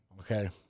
Okay